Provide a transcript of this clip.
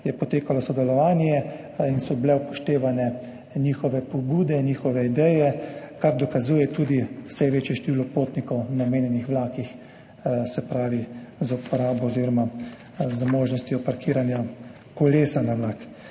je potekalo sodelovanje in so bile upoštevane njihove pobude in ideje, kar dokazuje tudi vse večje število potnikov na omenjenih vlakih, se pravi tistih, ki uporabljajo možnost parkiranja kolesa na vlaku.